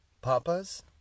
Papas